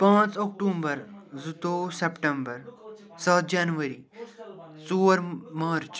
پانٛژ اکتوبر زٕتوٚوُہ سپٹمبر ستھ جنؤری ژور مارٕچ